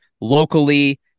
locally